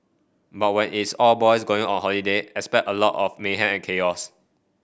but when it's all boys going on holiday expect a lot of mayhem and chaos